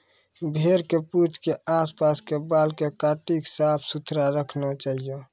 भेड़ के पूंछ के आस पास के बाल कॅ काटी क साफ सुथरा रखना चाहियो